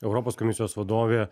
europos komisijos vadovė